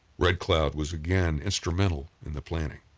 red cloud was again instrumental in the planning.